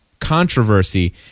controversy